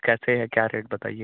कैसे है क्या रेट बताइए